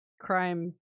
crime